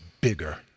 bigger